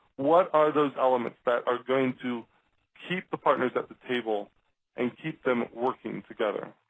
what are those elements that are going to keep the partners at the table and keep them working together?